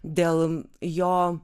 dėl jo